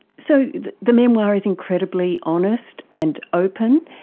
so the the memoir is incredibly honest and open.